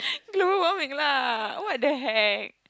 global warming lah what-the-heck